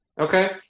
Okay